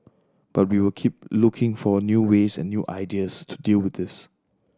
but we will keep looking for new ways and new ideas to deal with this